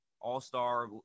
all-star